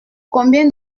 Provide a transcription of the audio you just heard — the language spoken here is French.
combien